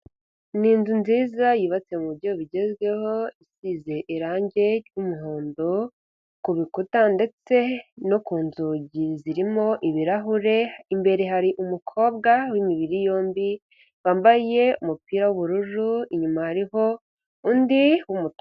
Ni inzu nziza yubatse mu buryo bigezweho isize irangi ry'umuhondo ku bikuta ndetse no ku nzugi zirimo ibirahure imbere hari umukobwa w'imibiri yombi wambaye umupira w'ubururu inyuma hariho undi w'umutuku.